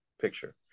picture